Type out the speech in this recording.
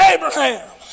Abraham